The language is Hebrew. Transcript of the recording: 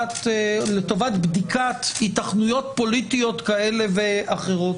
לטובת בדיקת היתכנויות פוליטיות כאלה ואחרות,